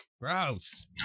Gross